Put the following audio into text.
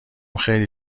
خیلی